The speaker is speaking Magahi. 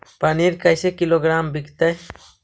पनिर कैसे किलोग्राम विकतै?